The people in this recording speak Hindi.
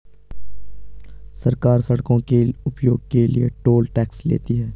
सरकार सड़कों के उपयोग के लिए टोल टैक्स लेती है